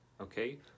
okay